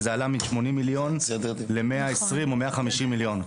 וזה עלה מ- 80 מיליון ל- 120 או 150 מיליון.